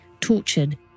tortured